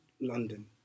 London